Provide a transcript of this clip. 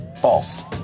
False